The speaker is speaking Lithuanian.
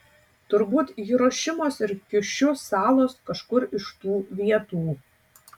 turbūt hirošimos ar kiušiu salos kažkur iš tų vietų